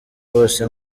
bose